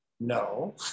No